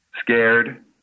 Scared